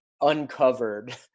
uncovered